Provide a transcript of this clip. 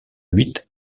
huit